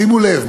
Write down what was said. שימו לב,